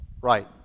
right